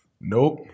Nope